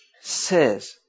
says